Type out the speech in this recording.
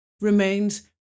remains